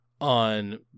on